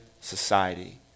society